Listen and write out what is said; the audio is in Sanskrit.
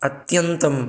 अत्यन्तं